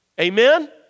Amen